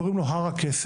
קוראים לו הר הכסף.